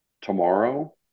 tomorrow